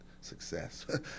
success